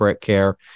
care